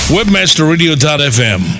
Webmasterradio.fm